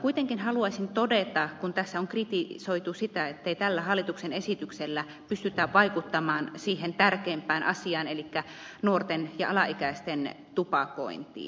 kuitenkin haluaisin todeta siitä kun tässä on kritisoitu sitä ettei tällä hallituksen esityksellä pystytä vaikuttamaan siihen tärkeimpään asiaan elikkä nuorten ja alaikäisten tupakointiin